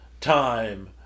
time